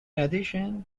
addition